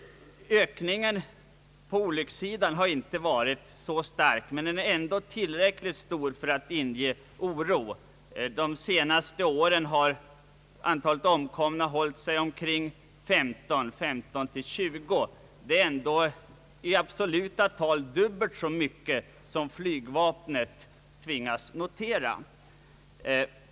Ökningen på olyckssidan har inte varit så stark men ändå tillräcklig för att inge oro. De senaste åren har antalet omkomna hållit sig omkring 15—20, vilket i absoluta tal är dubbelt så mycket som flygvapnet tvingats notera.